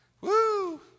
Woo